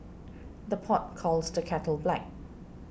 the pot calls the kettle black